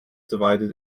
divided